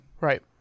Right